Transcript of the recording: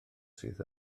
sydd